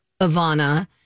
Ivana